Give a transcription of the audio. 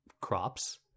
crops